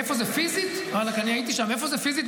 איפה זה --- איפה זה פיזית?